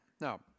Now